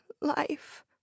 life